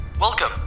Welcome